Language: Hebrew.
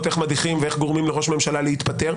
איך מדיחים ואיך גורמים לראש ממשלה להתפטר,